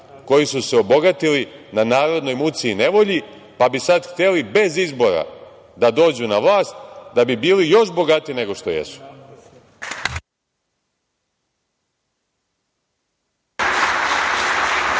koji su se obogatili na narodnoj muci i nevolji, pa bi sad hteli bez izbora da dođu na vlast da bi bili još bogatiji nego što jesu.